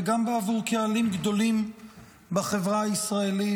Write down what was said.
וגם בעבור קהלים גדולים בחברה הישראלית,